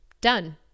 done